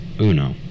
UNO